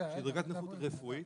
שהיא דרגת נכות רפואית,